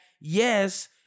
Yes